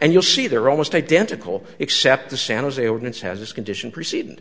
and you'll see they're almost identical except the san jose ordinance has it's condition preceded